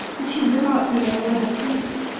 which he was about to lay over her face.